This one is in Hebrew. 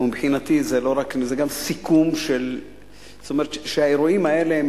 ומבחינתי זה גם סיכום של האירועים האחרונים